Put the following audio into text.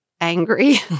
angry